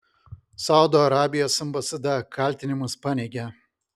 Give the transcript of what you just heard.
saudo arabijos ambasada kaltinimus paneigė